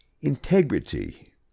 Integrity